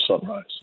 sunrise